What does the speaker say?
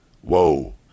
whoa